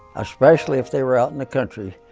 especially if they were out in the country,